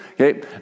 Okay